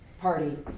Party